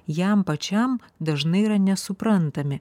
jam pačiam dažnai yra nesuprantami